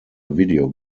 video